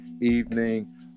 evening